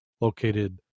located